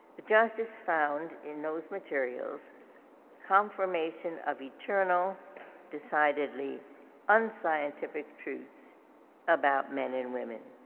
the justice found in those materials confirmation of eternal decidedly unscientific truths about men and women.